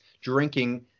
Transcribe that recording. drinking